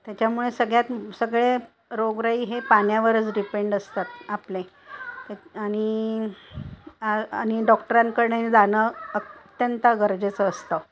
त्याच्यामुळे सगळ्यात सगळे रोगराई हे पाण्यावरच डिपेंड असतात आपले आणि आणि डॉक्टरांकडे जाणं अत्यंत गरजेचं असतं